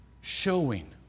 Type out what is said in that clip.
showing